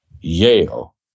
Yale